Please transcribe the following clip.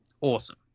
awesome